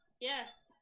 Yes